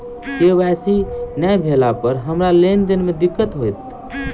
KYC नै भेला पर हमरा लेन देन मे दिक्कत होइत?